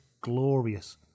glorious